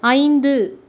ஐந்து